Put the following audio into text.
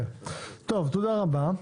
תודה רבה.